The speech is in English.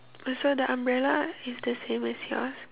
oh so the umbrella is the same as yours